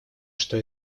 что